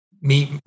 meet